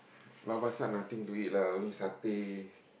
Lao Pa Sat nothing to eat lah only satay